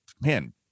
man